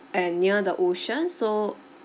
and near the ocean so